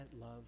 love